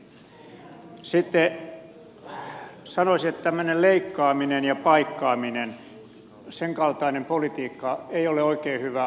sitten sanoisin että tämmöinen leikkaaminen ja paikkaaminen senkaltainen politiikka ei ole oikein hyvää hallintoa